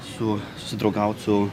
su sudraugaut su